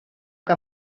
que